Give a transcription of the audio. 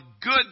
good